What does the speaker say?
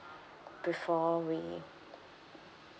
before we